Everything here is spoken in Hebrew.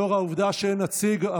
לאור העובדה שאין נציג,